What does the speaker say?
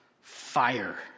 Fire